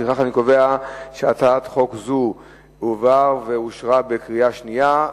לפיכך אני קובע שהצעת חוק זו עברה בקריאה השנייה.